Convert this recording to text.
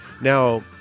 Now